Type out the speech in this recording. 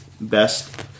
best